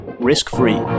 risk-free